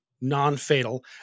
non-fatal